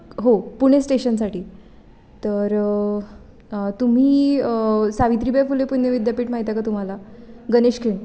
हो पुणे स्टेशनसाठी तर तुम्ही सावित्रीबाई फुले पुणे विद्यापीठ माहीत आहे का तुम्हाला गणेश खिंड